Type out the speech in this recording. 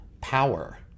power